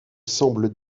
semble